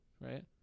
right